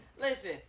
Listen